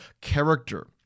character